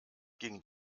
ging